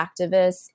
activists